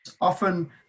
often